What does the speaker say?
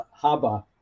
Haba